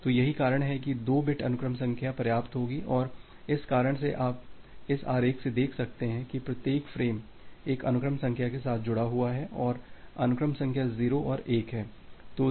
तो यही कारण है कि 2 बिट अनुक्रम संख्या पर्याप्त होगी और इस कारण से आप इस आरेख से देख सकते हैं कि प्रत्येक फ्रेम एक अनुक्रम संख्या के साथ जुड़ा हुआ है और अनुक्रम संख्या 0 और 1 है